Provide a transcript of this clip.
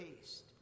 taste